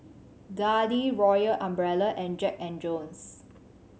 Darlie Royal Umbrella and Jack and Jones